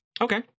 okay